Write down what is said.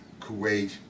Kuwait